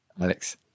Alex